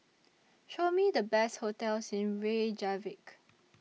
Show Me The Best hotels in Reykjavik